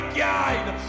guide